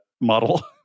model